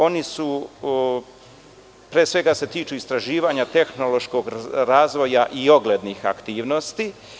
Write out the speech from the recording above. Oni se pre svega tiču istraživanja tehnološkog razvoja i oglednih aktivnosti.